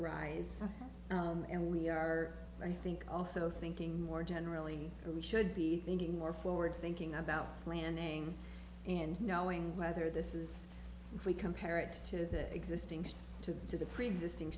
arise and we are i think also thinking more generally are we should be thinking more forward thinking about planning and knowing whether this is if we compare it to the existing to to the preexisting